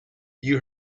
you